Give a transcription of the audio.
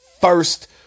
first